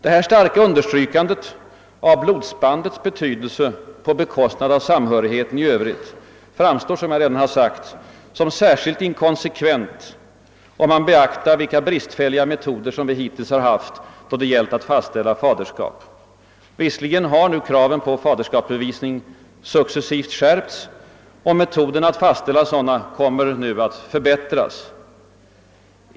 Det här starka understrykandet av blodsbandets betydelse på bekostnad av samhörigheten i övrigt framstår, som jag redan har sagt, som särskilt inkonsekvent, om man beaktar vilka bristfälliga metoder som vi hittills har haft då det gällt att fastställa faderskap. Visserligen har kraven på faderskapsbevisning successivt skärpts, och metoderna att fastställa sådant kommer nu att förbättras.